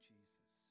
Jesus